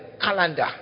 calendar